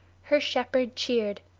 her shepherd cheered,